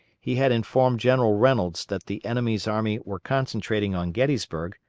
he had informed general reynolds that the enemy's army were concentrating on gettysburg,